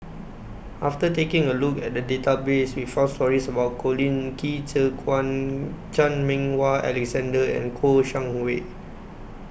after taking A Look At The Database We found stories about Colin Qi Zhe Quan Chan Meng Wah Alexander and Kouo Shang Wei